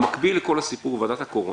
במקביל לכל הסיפור בוועדת הקורונה,